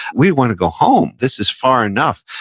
we want to go home, this is far enough.